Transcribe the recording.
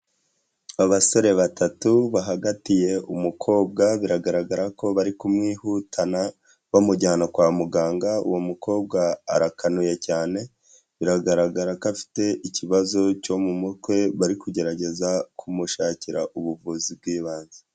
Abasore batatu bahagatiye umukobwa, biragaragara ko bari kumwihutana bamujyana kwa muganga, uwo mukobwa arakanuye cyane biragaragara ko afite ikibazo cyo mu mutwe, bari kugerageza kumushakira ubuvuzi bw'ibanze.